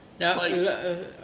No